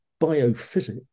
biophysics